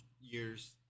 years